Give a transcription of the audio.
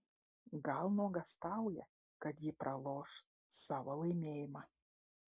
gal nuogąstauja kad ji praloš savo laimėjimą